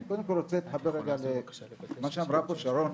אני קודם כל רוצה להתחבר רגע למה שאמרה פה שרון,